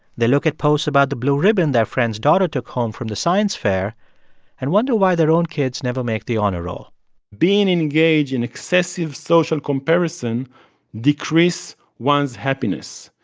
they look at posts about the blue ribbon their friend's daughter took home from the science fair and wonder why their own kids never make the honor roll being engaged in excessive social comparison decrease one's happiness.